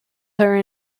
her